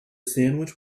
sandwich